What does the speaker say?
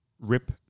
Rip